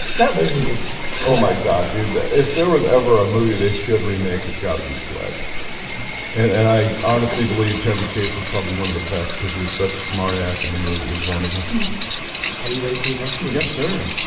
that movie was called my sock dude that if there was ever a movie. they should remake it's got to be fletch and and i honestly believed chevy chase was probably one of the best because he was such a smart ass in the movie was wonderful hmm are you ready for your next move? yes, sir?